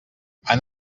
han